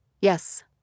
Yes